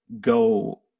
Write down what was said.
go